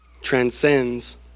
transcends